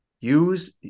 use